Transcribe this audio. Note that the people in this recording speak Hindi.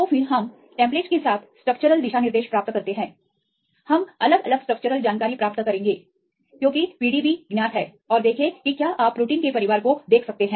तो फिर हम टेम्पलेट्स के साथ स्ट्रक्चरल दिशानिर्देश प्राप्त करते हैं हम अलग अलग स्ट्रक्चरल जानकारी प्राप्त करेंगे क्योंकि PDB ज्ञात है और देखें कि क्या आप प्रोटीन के परिवार को देख सकते हैं